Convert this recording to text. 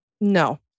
no